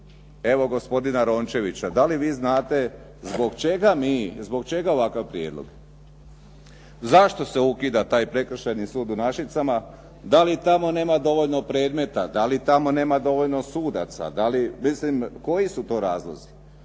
Evo gospodina Rončevića, da li vi znate zbog čega ovakav prijedlog? Zašto se ukida taj Prekršajni sud u Našicama? Da li tamo nema dovoljno predmeta, da li tamo nema dovoljno sudaca? Milim koji su to razlozi?